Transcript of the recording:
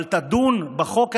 אבל תדון בחוק הזה,